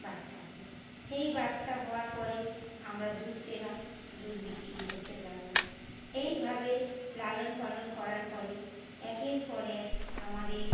বাচ্চা হলো সেই বাচ্চা হওয়ার পরে আমরা দুধ পেলাম দুধ বিক্রি করতে লাগলাম এইভাবে লালন পালন করার পরে একের পর এক আমাদের